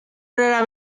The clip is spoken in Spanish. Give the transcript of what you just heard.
rara